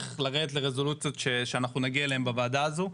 לרדת לרזולוציות שנגיע אליהן בוועדה הזו.